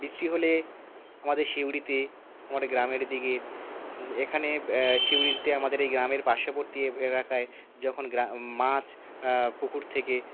বৃষ্টি হলে আমাদের সিউড়িতে আমাদের গ্রামের দিকের এখানে সিউড়িতে আমাদের এই গ্রামের পার্শ্ববর্তী এ এলাকায় যখন গ্রা মাছ পুকুর থেকে